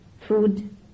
food